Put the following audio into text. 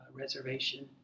reservation